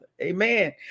amen